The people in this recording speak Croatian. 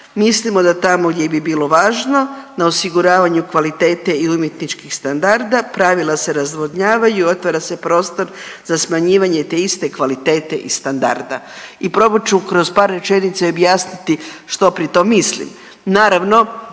mislimo da tamo gdje bi bilo važno, na osiguravanju kvalitete i umjetničkih standarda pravila se razvodnjavaju i otvara se prostor za smanjivanje te iste kvalitete i standarda. I probat ću kroz par rečenica i objasniti što pri tom mislim.